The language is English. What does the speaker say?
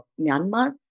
Myanmar